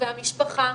והמשפחה.